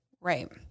right